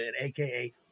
aka